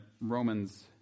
Romans